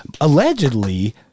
Allegedly